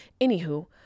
Anywho